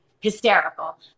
hysterical